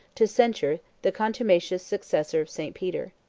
to censure the contumacious successor of st. peter.